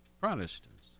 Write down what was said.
Protestants